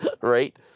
right